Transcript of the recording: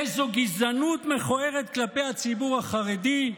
איזו גזענות מכוערת כלפי הציבור החרדי,